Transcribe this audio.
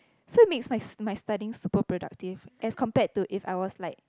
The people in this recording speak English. so it makes my my studying super productive as compared to if I was like